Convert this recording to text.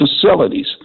facilities